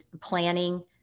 planning